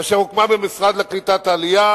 אשר הוקמה במשרד לקליטת העלייה.